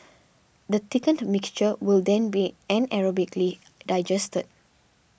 the thickened mixture will then be anaerobically digested